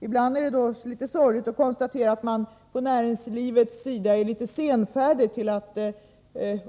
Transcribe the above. Ibland är det litet sorgligt att konstatera att näringslivet är något senfärdigt att